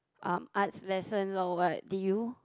um arts lesson or what did you